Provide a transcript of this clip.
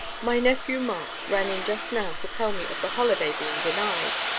my nephew, mark, ran in just now to tell me of the holiday being denied,